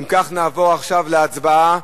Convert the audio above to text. נעבור להצבעה